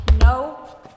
No